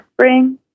spring